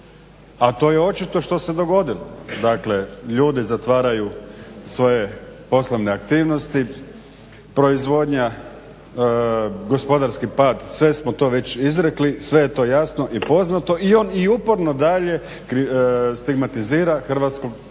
a to je očito što se dogodilo. Dakle, ljudi zatvaraju svoje poslovne aktivnosti, proizvodnja, gospodarski pad sve smo to već izrekli, sve je to jasno i poznato i on i uporno dalje stigmatizira hrvatskog